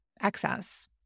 excess